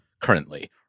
currently